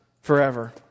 forever